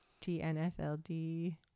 tnfld